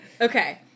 Okay